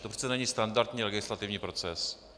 To přece není standardní legislativní proces.